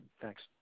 Thanks